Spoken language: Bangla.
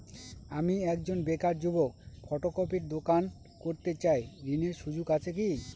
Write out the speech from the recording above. আমি একজন বেকার যুবক ফটোকপির দোকান করতে চাই ঋণের সুযোগ আছে কি?